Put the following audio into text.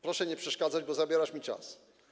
Proszę nie przeszkadzać, zabierasz mi czas.